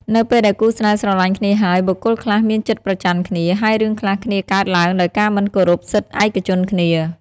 នៅពេលដែលគូរស្នេហ៍ស្រលាញ់គ្នាហើយបុគ្គលខ្លះមានចិត្តប្រចណ្ឌគ្នា ហើយរឿងខ្លះគ្នាកើតឡើងដោយការមិនគោរពសិទ្ធឯកជនគ្នា។